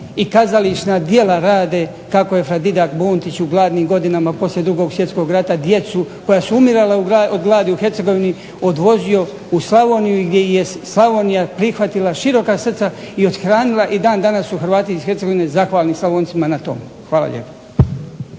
i kazališna djela rade kako je fra Didak Buntić u gladnim godinama poslije 2. svjetskog rata djecu koja su umirala od gladi u Hercegovini odvozio u Slavoniju i gdje ih je Slavonija prihvatila široka srca i othranila i dan danas su Hrvati iz Hercegovine zahvalni Slavoncima na tomu. Hvala lijepa.